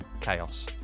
chaos